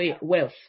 wealth